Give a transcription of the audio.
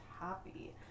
happy